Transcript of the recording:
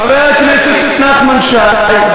חבר הכנסת נחמן שי,